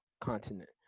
continent